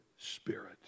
Spirit